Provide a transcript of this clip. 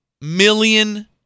million